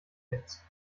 nichts